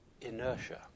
inertia